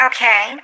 Okay